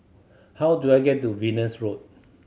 how do I get to Venus Road